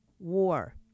war